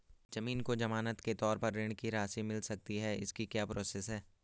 ज़मीन को ज़मानत के तौर पर ऋण की राशि मिल सकती है इसकी क्या प्रोसेस है?